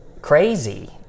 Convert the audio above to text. crazy